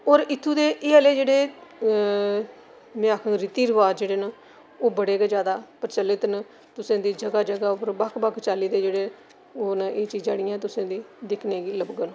और इत्थूं दे एह् आह्ले जेह्डे़ में आक्खङ रीति रिवाज जेह्डे़ न ओह् बडे़ गै जैदा प्रचलित न तुसें गी जगह् जगह् उप्पर बक्ख बक्ख चाल्ली दे जेह्डे़ ओह् न एह् चीजां जेह्ड़ियां तुसें गी दिक्खने गी लभगन